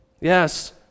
yes